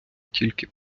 тільки